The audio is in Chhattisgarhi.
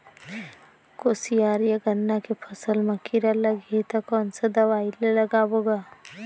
कोशियार या गन्ना के फसल मा कीरा लगही ता कौन सा दवाई ला लगाबो गा?